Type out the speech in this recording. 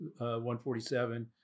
147